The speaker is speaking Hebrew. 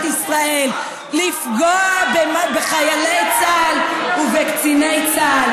ישראל לפגוע בחיילי צה"ל ובקציני צה"ל,